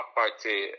party